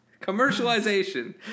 commercialization